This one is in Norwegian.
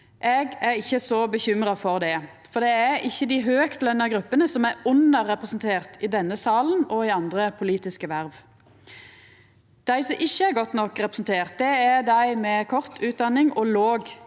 Eg er ikkje så bekymra for det, for det er ikkje dei høgtlønte gruppene som er underrepresenterte i denne salen og i andre politiske verv. Dei som ikkje er godt nok representerte, er dei med kort utdanning og låg